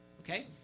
okay